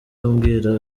ambwira